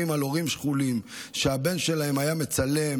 על הורים שכולים שהבן שלהם היה מצלם,